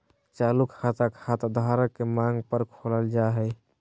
चालू खाता, खाता धारक के मांग पर खोलल जा हय